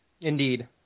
Indeed